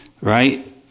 Right